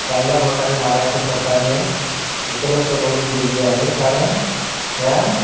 चांगल्या प्रकारे महाराष्ट्र सरकारने उपलब्ध करून दिली आहे कारण या